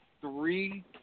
three